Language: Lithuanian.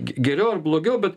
geriau ar blogiau bet